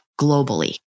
globally